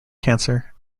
cancer